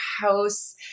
house